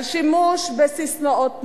על שימוש בססמאות נבובות,